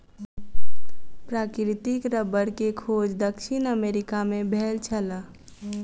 प्राकृतिक रबड़ के खोज दक्षिण अमेरिका मे भेल छल